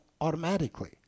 automatically